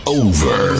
over